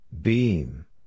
Beam